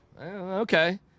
Okay